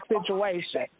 situation